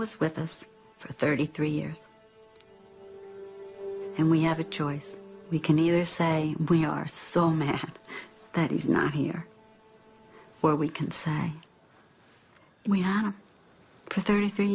was with us for thirty three years and we have a choice we can either say we are so mad that he's not here but we can sign we have for thirty three